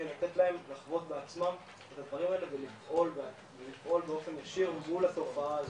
לתת להם לחוות בעצמם את הדברים האלה ולפעול באופן ישיר מול התופעה הזאת.